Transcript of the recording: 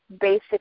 basic